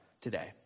today